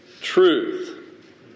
truth